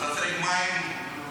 אז אתה צריך מים להתקרר?